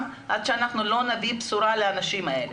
עד שאנחנו נביא את הבשורה לאנשים האלה.